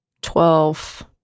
Twelve